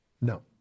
No